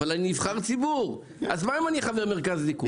אבל אני נבחר ציבור, אז מה אם אני חבר מרכז ליכוד?